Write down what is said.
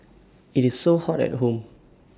IT is so hot at home